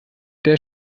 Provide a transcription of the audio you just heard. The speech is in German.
der